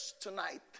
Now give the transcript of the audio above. tonight